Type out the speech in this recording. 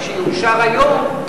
מה שיאושר היום,